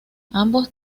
ambos